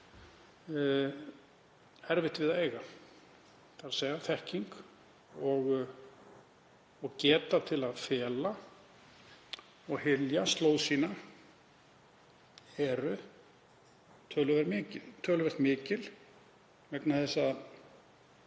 erfitt við þá að eiga. Þekking og geta til að fela og hylja slóð sína er töluvert mikil vegna þess að